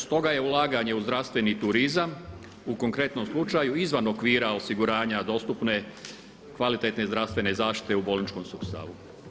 Stoga je ulaganje u zdravstveni turizam u konkretnom slučaju izvan okvira osiguranja dostupne kvalitetne zdravstvene zaštite u bolničkom sustavu.